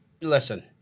Listen